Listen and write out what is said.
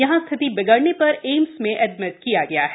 यहां स्थिति बिगड़ने पर एम्स में एडमिट किया गया है